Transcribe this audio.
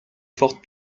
fort